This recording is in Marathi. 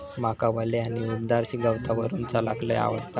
माका वल्या आणि उबदार गवतावरून चलाक लय आवडता